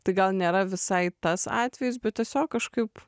tai gal nėra visai tas atvejis bet tiesiog kažkaip